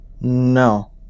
No